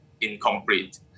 incomplete